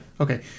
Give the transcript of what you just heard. Okay